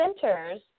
centers